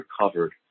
recovered